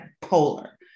polar